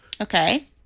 Okay